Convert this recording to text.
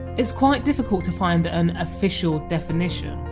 it's quite difficult to find an official definition,